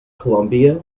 colombia